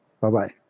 Bye-bye